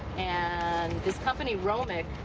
and this company, romic,